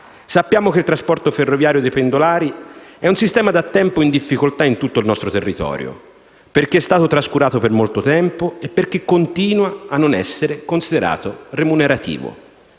Sappiamo che il trasporto ferroviario dei pendolari è un sistema da tempo in difficoltà in tutto il nostro territorio, perché è stato trascurato per molto tempo e perché continua a non essere considerato remunerativo.